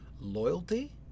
loyalty